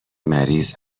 مریض